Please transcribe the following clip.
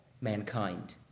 mankind